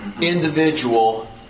individual